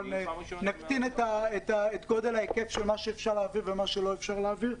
אבל נקטין את גודל ההיקף של מה שאפשר להעביר ומה שלא אפשרי להעביר.